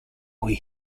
oui